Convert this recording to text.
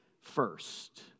first